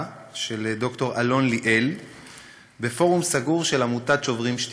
של ד"ר אלון ליאל בפורום סגור של עמותת "שוברים שתיקה".